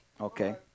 Okay